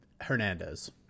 Hernandez